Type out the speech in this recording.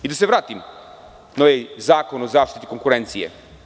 Da se vratim na ovaj Zakon o zaštiti konkurencije.